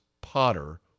Potter